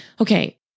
okay